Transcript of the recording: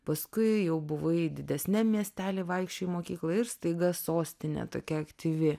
paskui jau buvai didesniam miestely vaikščiojai į mokyklą ir staiga sostinė tokia aktyvi